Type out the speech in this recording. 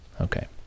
Okay